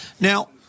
Now